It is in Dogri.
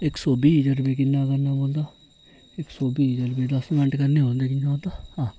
इक सौ बीह् जरबे किन्ना करना पौंदा इक सौ बीह् जरबे दस्स मैन्ट करने होन ते किन्ना औंदा हां